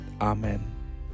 Amen